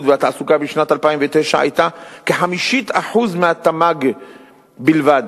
והתעסוקה בשנת 2009 היתה כ-0.2% מהתמ"ג בלבד,